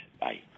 Bye